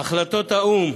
החלטות האו"ם,